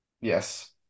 Yes